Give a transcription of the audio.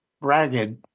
ragged